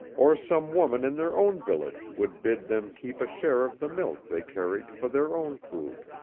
or some woman in their own village would bid them keep a share of the milk they carried for their own food